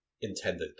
intended